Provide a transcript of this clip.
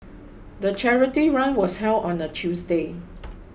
the charity run was held on a Tuesday